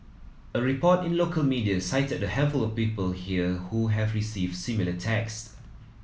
a report in local media cited a handful of people here who have received similar text